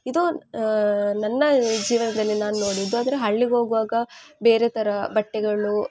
ಇದು ನನ್ನ ಜೀವನದಲ್ಲಿ ನಾನು ನೋಡಿದ್ದು ಅಂದರೆ ಹಳ್ಳಿಗೆ ಹೋಗುವಾಗ ಬೇರೆ ಥರ ಬಟ್ಟೆಗಳು